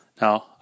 Now